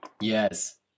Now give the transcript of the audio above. Yes